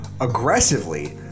aggressively